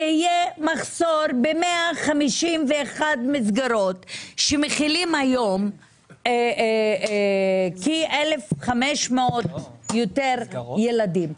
יהיה מחסור ב-151 מסגרות שמכילים היום כ-1,500 ויותר ילדים,